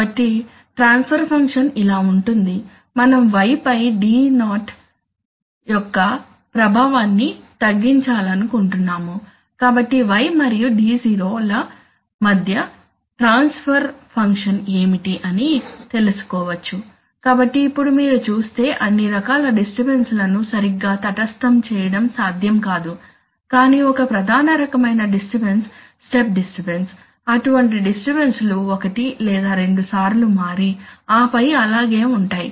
కాబట్టి transfer function ఇలా ఉంటుంది మనం y పై d0 యొక్క ప్రభావాన్ని తగ్గించాలనుకుంటున్నాము కాబట్టి y మరియు d0 ల మధ్య ట్రాన్స్ఫర్ ఫంక్షన్ ఏమిటి అని తెలుసుకోవచ్చు కాబట్టి ఇప్పుడు మీరు చూస్తే అన్ని రకాల డిస్టర్బన్స్ లను సరిగ్గా తటస్తం చేయడం సాధ్యం కాదు కానీ ఒక ప్రధాన రకమైన డిస్టర్బన్స్ స్టెప్ డిస్టర్బన్స్ అటువంటి డిస్టర్బన్స్ లు ఒకటి లేదా రెండుసార్లు మారి ఆపై అలాగే ఉంటాయి